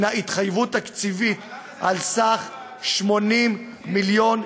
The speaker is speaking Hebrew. הנה התחייבות תקציבית על סך 80 מיליון,